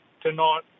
tonight